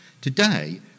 Today